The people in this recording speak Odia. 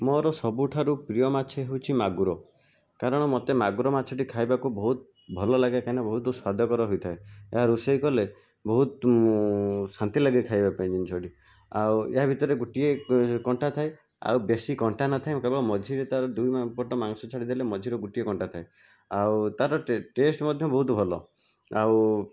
ମୋର ସବୁଠାରୁ ପ୍ରିୟ ମାଛ ହେଉଛି ମାଗୁର କାରଣ ମୋତେ ମାଗୁର ମାଛଟି ଖାଇବାକୁ ବହୁତ ଭଲ ଲାଗେ କାହିଁକି ନା ବହୁତ ସ୍ଵାଦକର ହୋଇଥାଏ ଏହା ରୋଷେଇ କଲେ ବହୁତ ଶାନ୍ତି ଲାଗେ ଖାଇବା ପାଇଁ ଜିନିଷଟି ଆଉ ଏହା ଭିତରେ ଗୋଟିଏ କଣ୍ଟା ଥାଏ ଆଉ ବେଶୀ କଣ୍ଟା ନଥାଏ କେବଳ ମଝିରେ ତାର ଦୁଇ ପଟ ମାଂସ ଛାଡ଼ିଦେଲେ ମଝିରେ ଗୋଟିଏ କଣ୍ଟା ଥାଏ ଆଉ ତାର ଟେଷ୍ଟ ମଧ୍ୟ ବହୁତ ଭଲ ଆଉ